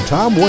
Tom